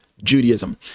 Judaism